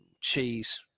Cheese